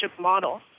model